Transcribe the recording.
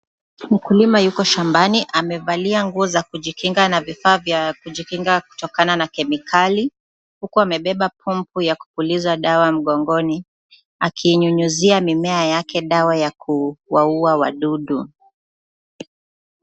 Mkulima yuko shambani amevalia nguo za kujikinga na vifaa vya kujikinga kutokana na kemikali uku amebeba pampu ya kupuliza dawa mgongoni akiinyunyuzia mimea yake dawa ya kuwauwa wadudu.